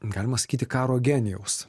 galima sakyti karo genijaus